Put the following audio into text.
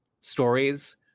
stories